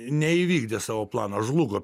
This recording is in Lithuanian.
neįvykdė savo plano žlugo